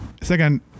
second